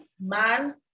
man